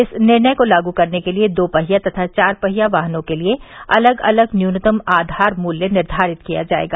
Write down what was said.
इस निर्णय को लागू करने के लिये दो पहिया तथा चार पहिया वाहनों के लिये अलग अलग न्यूनतम आघार मूल्य निर्धारित किया जायेगा